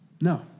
No